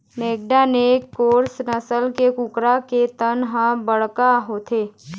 naked neck cross नसल के कुकरा के तन ह बड़का होथे